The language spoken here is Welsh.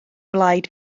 blaid